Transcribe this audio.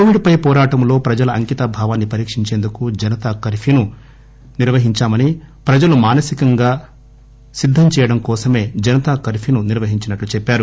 Covid పై పోరాటంలో ప్రజల అంకిత భావాన్ని పరీక్షించేందుకు జనతా కర్ప్నూను విజయవంతంగా నిర్వహిందామని ప్రజలు మానసికంగా సిద్దం చేయడం కోసమే జనతా కర్ప్యూ నిర్వహించినట్టు చెప్పారు